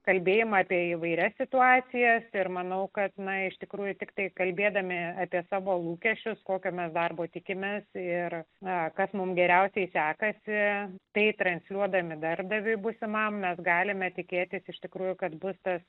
kalbėjome apie įvairias situacijas ir manau kad na iš tikrųjų tiktai kalbėdami apie savo lūkesčius kokiame darbo tikimės ir na kas mums geriausiai sekasi tai transliuodami darbdaviui būsimam mes galime tikėtis iš tikrųjų kad bus tas